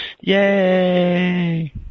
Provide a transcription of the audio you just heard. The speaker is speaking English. Yay